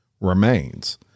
remains